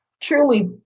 truly